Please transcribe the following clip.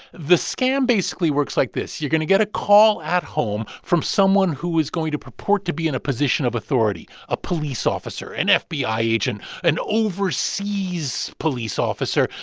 the scam basically works like this. you're going to get a call at home from someone who is going to purport to be in a position of authority a police officer, and an fbi agent, an overseas police officer.